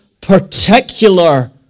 particular